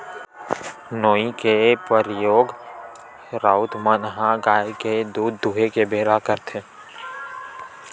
नोई के परियोग राउत मन ह गाय के दूद दूहें के बेरा करथे